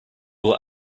will